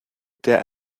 der